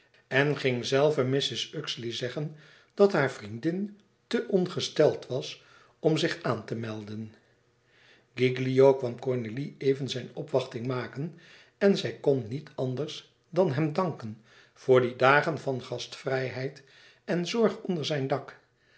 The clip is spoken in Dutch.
en ging zelve mrs uxeley zeggen dat hare vriendin te ongesteld was om zich aan te melden gilio kwam cornélie even zijne opwachting maken en zij kon niet anders e ids aargang hem danken voor die dagen van gastvrijheid en zorg onder zijn dak